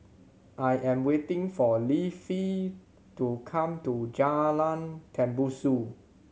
I am waiting for Leafy to come to Jalan Tembusu